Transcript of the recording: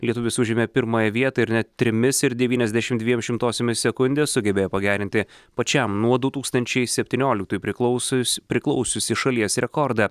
lietuvis užėmė pirmąją vietą ir net trimis ir devyniasdešimt dviem šimtosiomis sekundės sugebėjo pagerinti pačiam nuo du tūkstančiai septynioliktųjų priklausius priklausiusį šalies rekordą